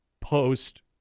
post